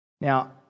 Now